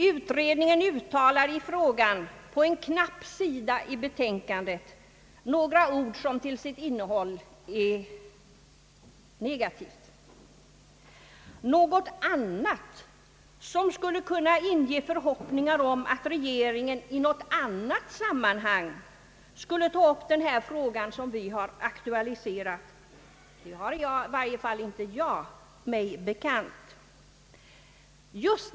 Utredningen säger i frågan på en knapp sida i betänkandet några ord som till sitt innehåll är negativa. I varje fall har inte jag mig bekant att någonting har sagts som skulle kunna inge förhoppningar om att regeringen i något annat sammanhang kan tänkas ta upp den fråga som vi har aktualiserat.